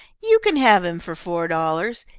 you can have him for four dollars,